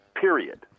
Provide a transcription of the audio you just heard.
period